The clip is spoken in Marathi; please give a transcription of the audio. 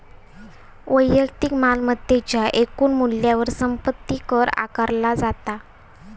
वैयक्तिक मालमत्तेच्या एकूण मूल्यावर संपत्ती कर आकारला जाता